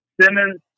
Simmons